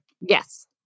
Yes